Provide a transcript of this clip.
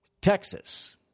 Texas